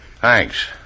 Thanks